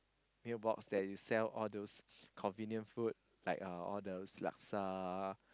meal box that sells all those convenient food like those laska